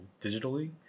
digitally